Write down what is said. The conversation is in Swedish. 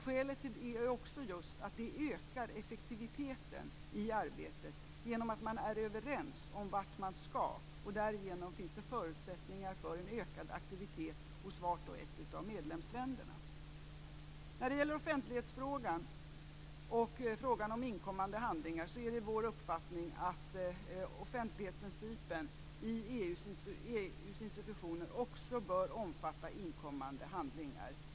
Skälet till det är just att det ökar effektiviteten i arbetet om man är överens om vart man skall. Därigenom finns det förutsättningar för en ökad aktivitet hos vart och ett av medlemsländerna. När det gäller offentlighetsfrågan och frågan om inkommande handlingar är det vår uppfattning att offentlighetsprincipen i EU:s institutioner också bör omfatta inkommande handlingar.